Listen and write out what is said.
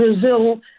Brazil